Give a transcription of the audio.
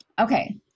Okay